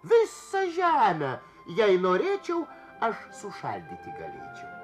visą žemę jei norėčiau aš sušaldyti galėčiau